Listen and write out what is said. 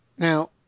Now